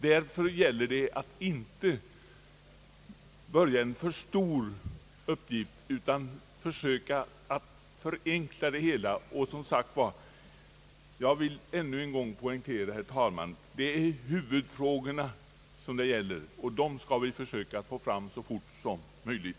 Därför gäller det att inte börja detaljrota utan försöka förenkla det hela. Jag vill ännu en gång poängtera, herr talman, att det är huvudfrågorna som det gäller, och dem skall vi försöka få fram så fort som möjligt.